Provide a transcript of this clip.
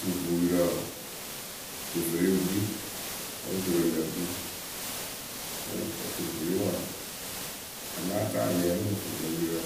Tufuyurǝ wǝǝ tufuriwǝ wɨ kpii wǝ́ juroŋrǝ gpii. wǝǝ tufuriwǝ a láa taa ŋlë o mɨ fuu lo yurǝ